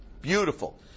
Beautiful